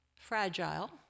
fragile